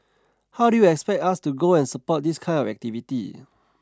how do you expect us to go and support this kind of activity